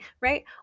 right